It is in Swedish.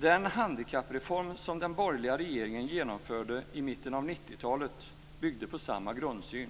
Den handikappreform som den borgerliga regeringen genomförde i mitten av 90-talet byggde på samma grundsyn.